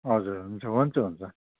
हजुर हुन्छ हुन्छ हुन्छ